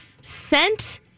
sent